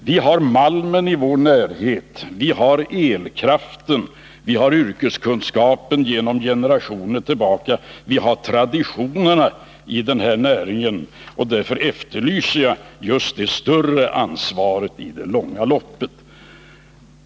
Vi har malmen i vår närhet, vi har elkraften, vi har yrkeskunskapen sedan generationer och vi har traditionerna i den här näringen. Därför efterlyser jag ett större ansvar i det långa loppet.